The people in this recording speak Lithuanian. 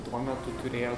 tuo metu turėjo